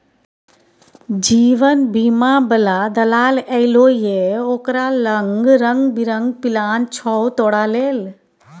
जीवन बीमा बला दलाल एलौ ये ओकरा लंग रंग बिरंग पिलान छौ तोरा लेल